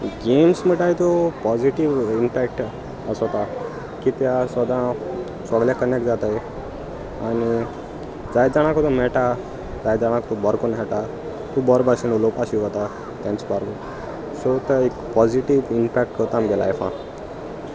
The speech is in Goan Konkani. गेम्स म्हणटाय त्यो पॉजिटीव इम्पेक्ट अससोता की त्या सोदां सगलें कनेक्ट जाताय आनी जाय जाणां कडेन मेळटा जायत जाणांक बरें करून खेळटा तूं बरो भाशेन उलोवपा शिकता तेंच बारबन सो तो एक पॉजिटीव इम्पॅक्ट करता आमगे लायफाक